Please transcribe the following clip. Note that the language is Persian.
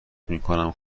میکنم